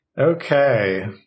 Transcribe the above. Okay